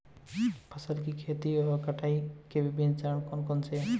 फसल की खेती और कटाई के विभिन्न चरण कौन कौनसे हैं?